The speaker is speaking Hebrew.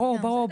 ברור.